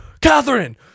Catherine